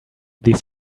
these